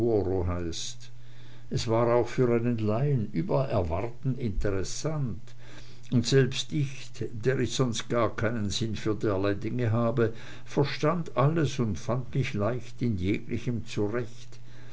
heißt es war auch für einen laien über erwarten interessant und selbst ich die ich sonst gar keinen sinn für derlei dinge habe verstand alles und fand mich leicht in jeglichem zurecht